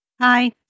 Hi